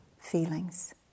feelings